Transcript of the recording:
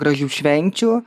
gražių švenčių